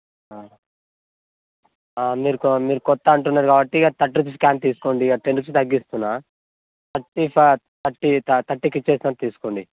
మీరు మీరు క్రొత్త అంటున్నారు కాబట్టి అది థర్టీ రూపీస్ క్యాన్ తీసుకోండి అది తెలుసు తగ్గిస్తున్నాను థర్టీ సార్ థర్టీ థర్టీకి ఇచ్చేస్తున్నాను తీసుకోండి